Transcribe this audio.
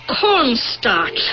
cornstarch